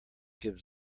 gives